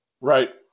Right